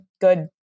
good